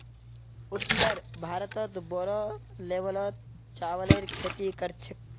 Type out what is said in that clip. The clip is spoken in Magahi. उत्तर भारतत बोरो लेवलत चावलेर खेती कर छेक